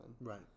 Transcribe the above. Right